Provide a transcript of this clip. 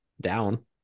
down